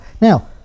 Now